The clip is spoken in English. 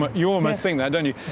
but you almost think that don't you?